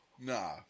Nah